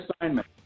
assignment